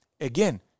Again